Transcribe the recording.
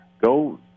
Go